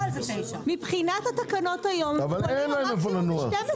מבחינת התקנות היום- -- אבל אין להם איפה לנוח.